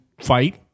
fight